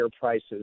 prices